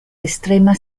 estrema